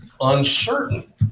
uncertain